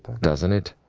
doesn't it?